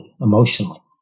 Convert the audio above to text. emotionally